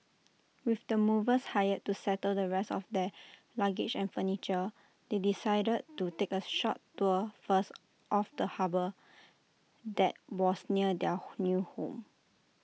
with the movers hired to settle the rest of their luggage and furniture they decided to take A short tour first of the harbour that was near their new home